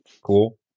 cool